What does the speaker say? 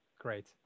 Great